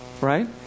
right